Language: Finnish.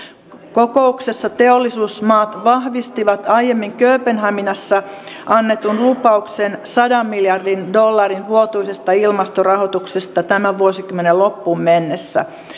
kokouksessa teollisuusmaat vahvistivat aiemmin kööpenhaminassa annetun lupauksen sadan miljardin dollarin vuotuisesta ilmastorahoituksesta tämän vuosikymmenen loppuun mennessä